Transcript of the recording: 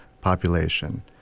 population